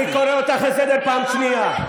אני קורא אותך לסדר פעם שנייה.